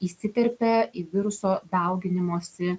įsiterpia į viruso dauginimosi